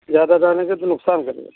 ज़्यादा डालेंगे तो नुकसान करेगा